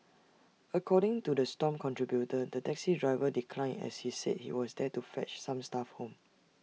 according to the stomp contributor the taxi driver declined as he said he was there to fetch some staff home